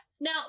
Now